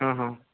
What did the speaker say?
ହଁ ହଁ